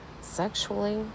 sexually